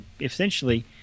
essentially